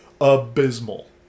Abysmal